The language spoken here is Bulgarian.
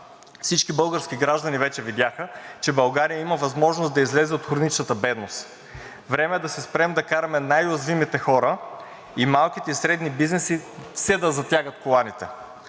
Всички български граждани вече видяха, че България има възможност да излезе от хроничната бедност. Време е да спрем да караме най-уязвимите хора и малките и средни бизнеси все да затягат коланите.